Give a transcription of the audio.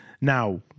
Now